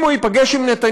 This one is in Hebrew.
אם הוא ייפגש עם נתניהו,